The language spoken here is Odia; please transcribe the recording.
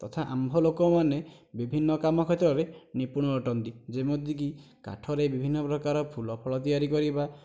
ତଥା ଆମ୍ଭ ଲୋକମାନେ ବିଭିନ୍ନ କାମ କ୍ଷେତ୍ରରେ ନିପୁଣ ଅଟନ୍ତି ଯେମିତିକି କାଠରେ ବିଭିନ୍ନ ପ୍ରକାର ଫୁଲଫଳ ତିଆରି କରିବା